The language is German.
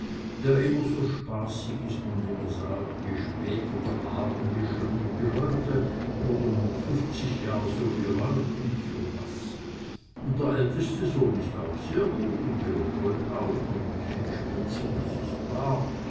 der immer so spaßig is und immer sagt je später der abend je schöner die leute un noch fufzig jahre so wie heut und so was und der älteste sohn is auch sehr gut und leopold auch ein bißchen spitzer das is wahr